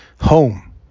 home